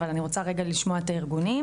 אבל אני רוצה רגע לשמוע את הארגונים.